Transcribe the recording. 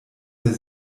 der